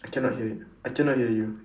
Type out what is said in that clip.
I cannot hear you I cannot hear you